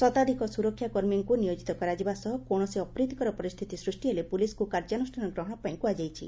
ଶତାଧିକ ସୁରକ୍ଷାକର୍ମୀଙ୍କୁ ନିୟୋଜିତ କରାଯିବା ସହ କୌଣସି ଅପ୍ରତିକର ପରିସ୍ଥିତି ସୃଷ୍ଟି ହେଲେ ପୁଲିସ୍କୁ କାର୍ଯ୍ୟାନୁଷ୍ଠାନ ଗ୍ରହଣ ପାଇଁ କୁହାଯାଇଛି